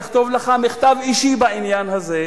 לכתוב לך מכתב אישי בעניין הזה,